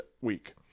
week